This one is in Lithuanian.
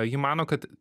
ji mano kad